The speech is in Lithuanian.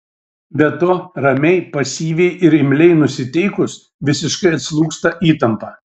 be to ramiai pasyviai ir imliai nusiteikus visiškai atslūgsta įtampa